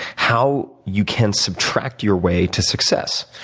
how you can subtract your way to success.